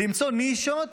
למצוא נישות